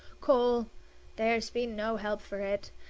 cole there's been no help for it.